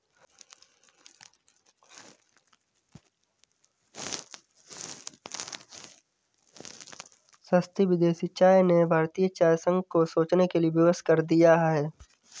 सस्ती विदेशी चाय ने भारतीय चाय संघ को सोचने के लिए विवश कर दिया है